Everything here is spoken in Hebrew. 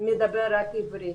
מדבר רק עברית.